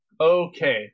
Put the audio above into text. Okay